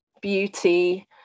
beauty